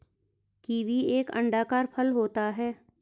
kiwi एक अंडाकार फल होता है